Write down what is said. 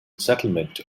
settlement